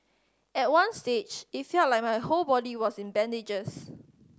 at one stage it felt like my whole body was in bandages